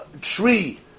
tree